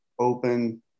open